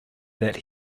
that